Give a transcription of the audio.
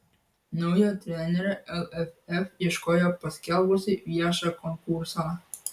naujo trenerio lff ieškojo paskelbusi viešą konkursą